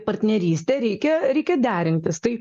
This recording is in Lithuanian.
partnerystėj reikia reikia derintis tai